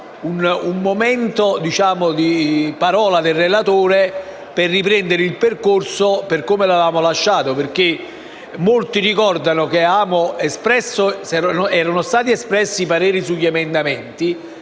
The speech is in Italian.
un momento la parola per riprendere il percorso dal punto in cui l'avevamo lasciato, perché molti ricordano che erano stati espressi i pareri sugli emendamenti,